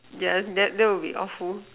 yeah that that would be awful